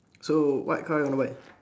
so what car you wanna buy